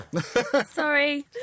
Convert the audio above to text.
Sorry